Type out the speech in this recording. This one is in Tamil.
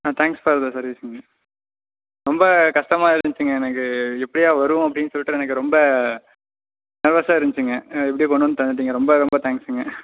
ஆ தேங்க்ஸ் ஃபார் த சர்விஸுங்க ரொம்ப கஷ்டமா இருந்துச்சிங்க எனக்கு எப்படியா வரும் அப்படின்னு சொல்லிட்டு எனக்கு ரொம்ப நர்வஸாக இருந்துச்சிங்க எப்படியோ கொண்டு வந்து தந்துவிட்டிங்க ரொம்ப ரொம்ப தேங்க்ஸுங்க